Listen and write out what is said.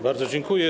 Bardzo dziękuję.